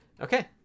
Okay